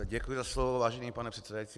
Děkuji za slovo, vážený pane předsedající.